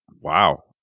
Wow